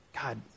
God